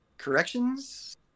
corrections